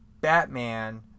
Batman